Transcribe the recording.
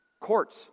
Courts